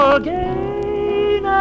again